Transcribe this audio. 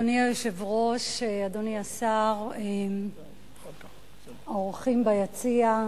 אדוני היושב-ראש, אדוני השר, האורחים ביציע,